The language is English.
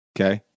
Okay